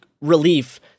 Relief